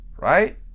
Right